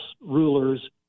rulers